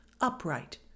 upright